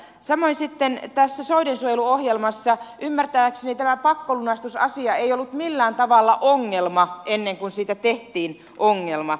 samoin sitten tässä soidensuojeluohjelmassa ymmärtääkseni tämä pakkolunastusasia ei ollut millään tavalla ongelma ennen kuin siitä tehtiin ongelma